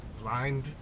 blind